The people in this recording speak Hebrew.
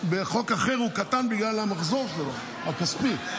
בחוק אחר הוא קטן בגלל המחזור הכספי שלו.